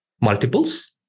multiples